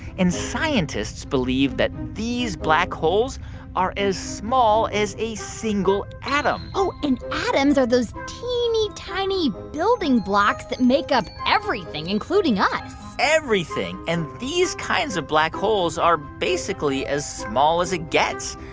and scientists believe that these black holes are as small as a single atom oh, and atoms are those teeny, tiny building blocks that make up everything, including us everything. and these kinds of black holes are basically as small as it gets.